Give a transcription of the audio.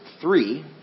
three